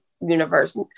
universe